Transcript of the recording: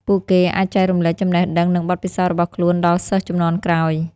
ពួកគេអាចចែករំលែកចំណេះដឹងនិងបទពិសោធន៍របស់ខ្លួនដល់សិស្សជំនាន់ក្រោយ។